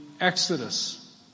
Exodus